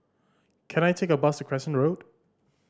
can I take a bus Crescent Road